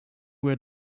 where